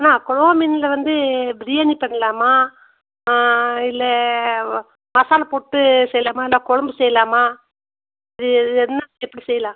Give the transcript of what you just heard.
அண்ணா கொடுவா மீனில் வந்து பிரியாணி பண்ணலாமா இல்லை மசாலா போட்டு செய்யலாமா இல்லை கொழம்பு செய்யலாமா இது இது என்ன எப்படி செய்யலாம்